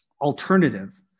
alternative